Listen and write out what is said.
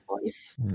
voice